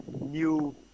new